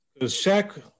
Shaq